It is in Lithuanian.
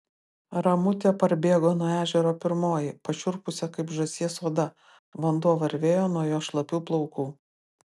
ramutė parbėgo nuo ežero pirmoji pašiurpusia kaip žąsies oda vanduo varvėjo nuo jos šlapių plaukų